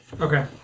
Okay